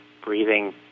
breathing